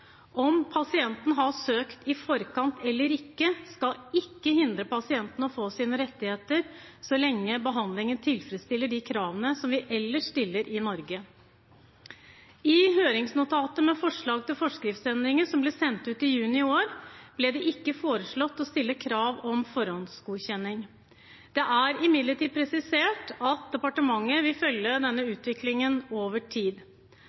Om pasienten har søkt i forkant eller ikke, skal ikke hindre pasienten i å få sine rettigheter så lenge behandlingen tilfredsstiller de kravene som vi ellers stiller i Norge. I høringsnotatet med forslag til forskriftsendringer som ble sendt ut i juni i år, ble det ikke foreslått å stille krav om forhåndsgodkjenning. Det er imidlertid presisert at departementet vil følge denne utviklingen over tid.